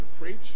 preach